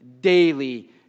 daily